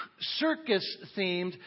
circus-themed